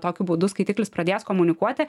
tokiu būdu skaitiklis pradės komunikuoti